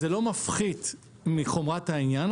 זה לא מפחית מחומרת העניין,